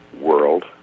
world